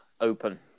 open